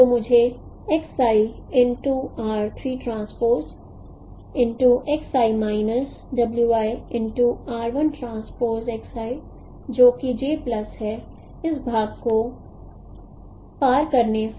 तो X i into r 3 transpose X X i minus w i into r 1 transpose X i जो कि j plus है इस भाग को पार करने से